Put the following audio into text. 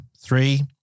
three